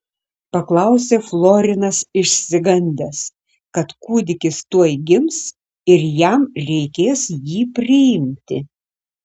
paklausė florinas išsigandęs kad kūdikis tuoj gims ir jam reikės jį priimti